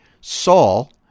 Saul